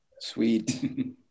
sweet